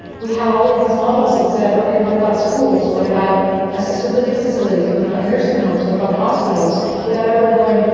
we had all of these models that said, ok, what about schools? what about assisted living facilities? what about nursing homes? what about hospitals without ever going,